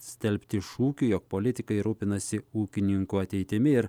stelbti šūkiu jog politikai rūpinasi ūkininkų ateitimi ir